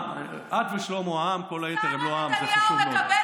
את ושלמה העם, כל היתר הם לא העם, זה חשוב מאוד.